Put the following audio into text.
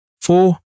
Four